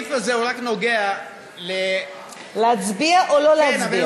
הסעיף הזה רק נוגע, להצביע או לא להצביע?